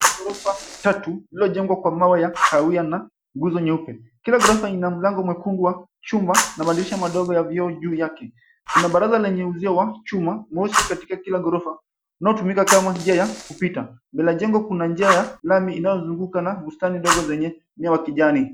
Ghorofa tatu lililojengwa kwa mawe ya kahawia na nguzo nyeupe. Kila ghorofa ina mlango mwekundu wa chuma na madirisha madogo ya vioo juu yake. Kuna baraza lenye uzio wa chuma mosi katika kila gorofa. Inatumika kama njia ya kupita. Mbele ya jengo kuna njia ya lami inayozunguka na bustani ndogo zenye nyasi za kijani.